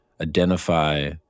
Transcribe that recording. identify